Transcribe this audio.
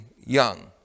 young